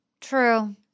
true